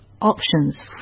options